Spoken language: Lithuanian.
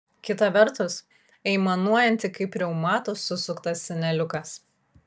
kita vertus aimanuojanti kaip reumato susuktas seneliukas